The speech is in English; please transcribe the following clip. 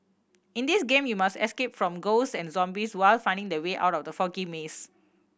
in this game you must escape from ghost and zombies while finding the way out of the foggy maze